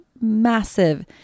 massive